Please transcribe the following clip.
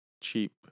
cheap